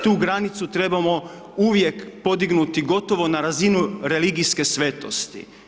Tu granicu trebamo uvijek podignuti gotovo na razinu religijske svetosti.